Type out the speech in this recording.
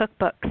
cookbooks